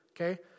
okay